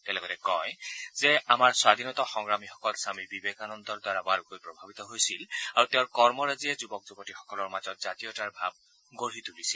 তেওঁ লগতে কয় যে আমাৰ স্বাধীনতা সংগ্ৰামীসকল স্বামী বিবেকানন্দৰ দ্বাৰা বাৰুকৈ প্ৰভাৱিত হৈছিল আৰু তেওঁৰ কৰ্মৰাজিয়ে যুৱক যুৱতীসকলৰ মাজত জাতীয়তাৰ ভাব গঢ়ি তুলিছিল